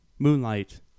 Moonlight